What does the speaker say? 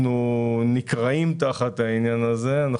אנחנו נקרעים תחת העניין הזה.